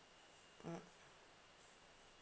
mm